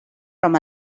from